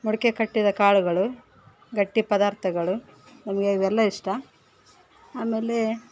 ಮೊಳ್ಕೆ ಕಟ್ಟಿದ ಕಾಳುಗಳು ಗಟ್ಟಿ ಪದಾರ್ಥಗಳು ನಮಗೆ ಇವೆಲ್ಲ ಇಷ್ಟ ಆಮೇಲೆ